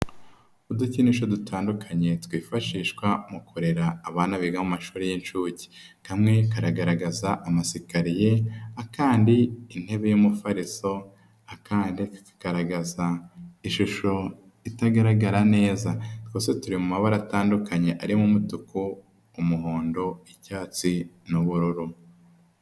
Udukinisho dutandukanye twifashishwa mu kurera abana biga mu mashuri y'inshuke. Kamwe kagaragaza amasikariye, akandi intebe y'umufariso, akandi kakagaragaza ishusho itagaragara neza. Twose turi mu mabara atandukanye, arimo umutuku, umuhondo, cyatsi n'ubururu.